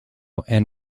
and